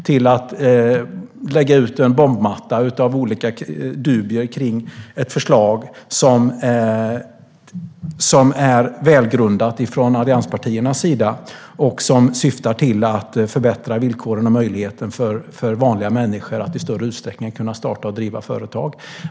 Då är det inte förvånande att man lägger ut en bombmatta med olika dubier inför ett förslag från allianspartierna som är välgrundat och som syftar till förbättra villkoren och möjligheten för vanliga människor att i större utsträckning starta och driva företag.